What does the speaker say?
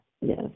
yes